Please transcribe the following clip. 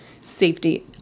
safety